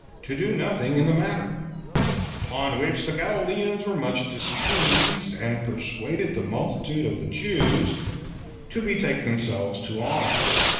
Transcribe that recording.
to do nothing in the matter upon which the galileans were much displeased, and persuaded the multitude of the jews to betake themselves to arms,